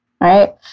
right